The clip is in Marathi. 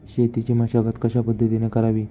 शेतीची मशागत कशापद्धतीने करावी?